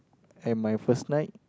and my first night